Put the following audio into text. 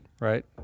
right